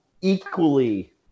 equally